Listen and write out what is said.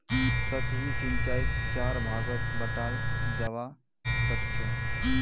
सतही सिंचाईक चार भागत बंटाल जाबा सखछेक